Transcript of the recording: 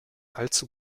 allzu